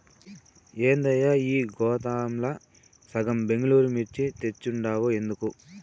ఏందయ్యా ఈ గోతాంల సగం బెంగళూరు మిర్చి తెచ్చుండావు ఎందుకు